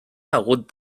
hagut